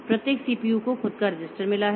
प्रत्येक सीपीयू को खुद का रजिस्टर मिला है